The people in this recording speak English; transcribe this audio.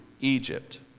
egypt